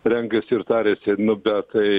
renkasi ir tariasi nu bet tai